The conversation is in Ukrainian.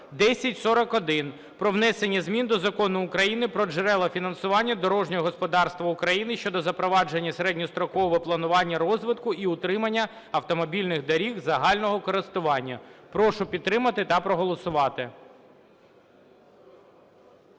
1041) про внесення змін до Закону України "Про джерела фінансування дорожнього господарства України" (щодо запровадження середньострокового планування розвитку і утримання автомобільних доріг загального користування). Прошу підтримати та проголосувати.